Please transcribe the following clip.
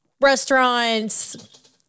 restaurants